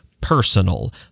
personal